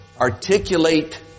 articulate